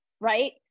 right